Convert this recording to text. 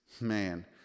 man